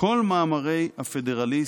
כל מאמרי הפדרליסט,